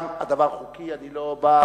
הדבר חוקי ואני לא בא,